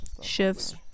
Shifts